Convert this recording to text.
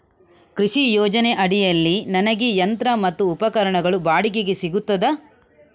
ಕೃಷಿ ಯೋಜನೆ ಅಡಿಯಲ್ಲಿ ನನಗೆ ಯಂತ್ರ ಮತ್ತು ಉಪಕರಣಗಳು ಬಾಡಿಗೆಗೆ ಸಿಗುತ್ತದಾ?